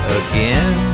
again